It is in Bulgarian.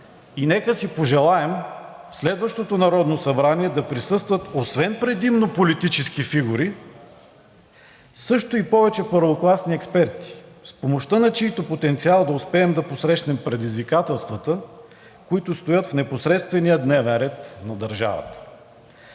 и нека си пожелаем в следващото Народно събрание да присъстват освен предимно политически фигури, също и повече първокласни експерти, с помощта на чийто потенциал да успеем да посрещнем предизвикателствата, които стоят в непосредствения дневен ред на държавата.